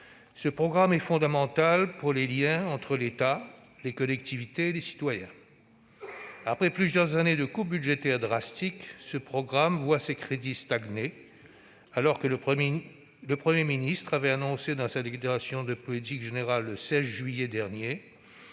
Ce programme est fondamental pour les liens entre l'État, les collectivités et les citoyens. Après plusieurs années de coupes budgétaires drastiques, il voit ses crédits stagner, alors que le Premier ministre avait annoncé dans sa déclaration de politique générale, le 16 juillet dernier,